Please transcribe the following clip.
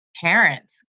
parents